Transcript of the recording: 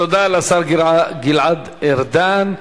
תודה לשר גלעד ארדן.